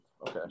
Okay